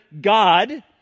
God